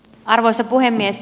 arvoisa puhemies